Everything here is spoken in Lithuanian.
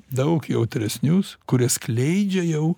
daug jautresnius kurie skleidžia jau